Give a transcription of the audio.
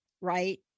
right